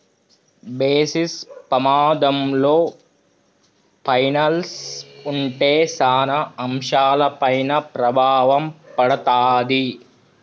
basis పమాధంలో పైనల్స్ ఉంటే సాన అంశాలపైన ప్రభావం పడతాది